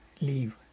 leave